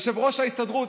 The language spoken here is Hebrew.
יושב-ראש ההסתדרות,